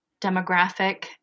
demographic